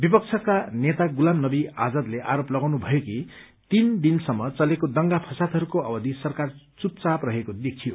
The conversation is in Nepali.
विपक्षका नेता गुलाम नबी आजादले आरोप लगाउनु भयो कि तीन दिनसम्म चलेको दंगा फसादहरूको अवधि सरकार चुपचाप रहेको देखियो